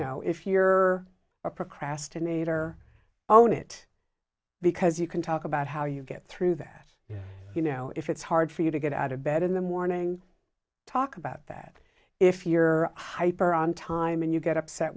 know if you're a procrastinator own it because you can talk about how you get through that you know if it's hard for you to get out of bed in the morning talk about that if you're hyper on time and you get upset